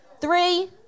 three